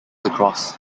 across